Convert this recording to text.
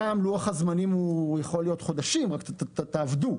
שם לוח הזמנים יכול להיות חודשים, רק תעבדו.